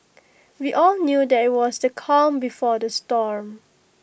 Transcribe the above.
we all knew that IT was the calm before the storm